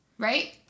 Right